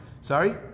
sorry